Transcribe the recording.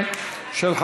כלומר,